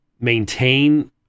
maintain